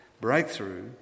breakthrough